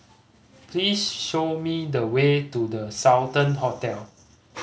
please show me the way to The Sultan Hotel